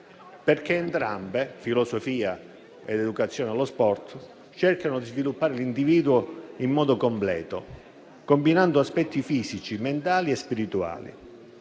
Entrambe infatti, filosofia ed educazione allo sport, cercano di sviluppare l'individuo in modo completo, combinando aspetti fisici, mentali e spirituali.